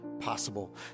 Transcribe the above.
possible